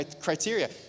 criteria